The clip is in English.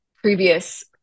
previous